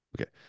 Okay